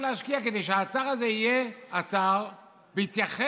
להשקיע כדי שהאתר הזה יהיה אתר בהתייחס